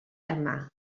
yma